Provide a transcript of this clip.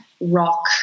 rock